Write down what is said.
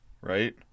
right